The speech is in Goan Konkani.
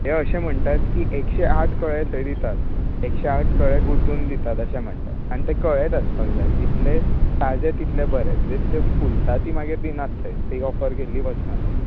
ते अशे म्हणटात की एकशे आठ कळे थंय दितात एकशे आठ कळे गुंथून दितात अशें म्हणटात आनी ते कळेच आसपाक जाय जितले ताजे तितले बरें जितले फुलतात ती दिनात थंय ती ऑफर केल्ली वचना थंय हय